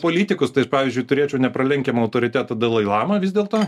politikus tai aš pavyzdžiui turėčiau nepralenkiamo autoritetą dalai lamą vis dėlto